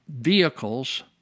vehicles